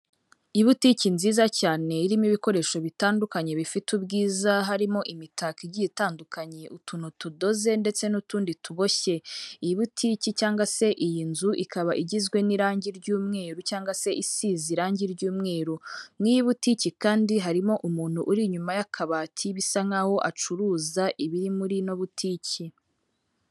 Ibutiki nziza cyane irimo ibikoresho bitandukanye bifite ubwiza harimo imitako igiye itandukanye, utuntu tudoze ndetse n'utundi tuboshye iyi butiki cyangwa se iyi nzu ikaba igizwe n'irangi ry'umweru cyangwa se isize irangi ry'umweru, mu iyi buti iki kandi harimo umuntu uri inyuma y'akabati bisa nkaho acuruza ibiri muri ino butiki.